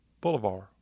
Boulevard